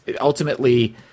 ultimately